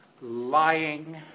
lying